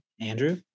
Andrew